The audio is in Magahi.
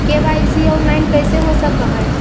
के.वाई.सी ऑनलाइन कैसे हो सक है?